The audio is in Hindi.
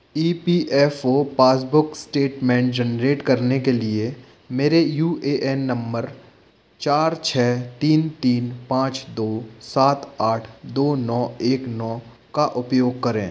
ई P F O passbook statement generate करने के लिए मेरे यू ए एन नंबर चार छ तीन तीन पाँच दो सात आठ दो नौ एक नौ का उपयोग करें